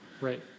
Right